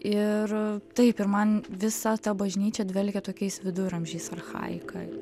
ir taip ir man visa ta bažnyčia dvelkė tokiais viduramžiais archaika